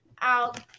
out